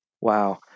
wow